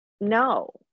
no